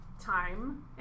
time